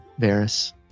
Varys